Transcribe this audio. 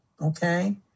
okay